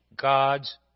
God's